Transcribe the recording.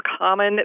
common